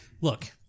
look